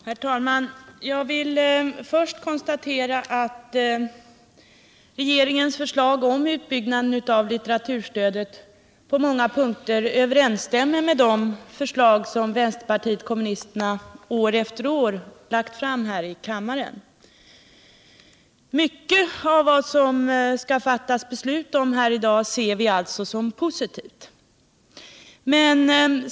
Herr talman! Jag vill först konstatera att regeringens förslag om utbyggnaden av litteraturstödet på många punkter överensstämmer med de förslag som vänsterpartiet kommunisterna år efter år lagt fram här i kammaren. Mycket av vad som skall fattas beslut om här i dag ser vi alltså som positivt.